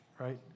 right